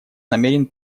намерен